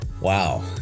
Wow